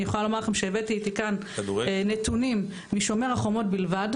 אני יכולה לומר לכם שהבאתי איתי כאן נתונים מ"שומר החומות" בלבד,